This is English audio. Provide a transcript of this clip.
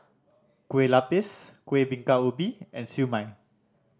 kue lupis Kuih Bingka Ubi and Siew Mai